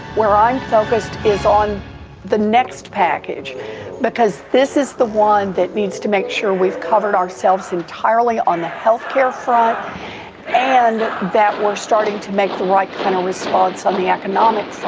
where i'm focused is on the next package because this is the one that needs to make sure we've covered ourselves entirely on the health care front and that we're starting to make the right kind of response on the economic